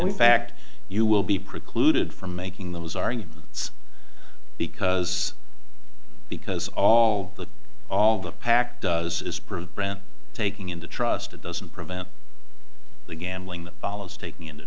t fact you will be precluded from making those arguments because because all the all the pack does is prove brand taking into trust it doesn't prevent the gambling that follows taking in